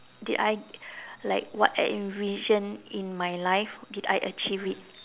did I like what I envision in my life did I achieve it